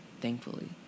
thankfully